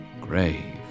grave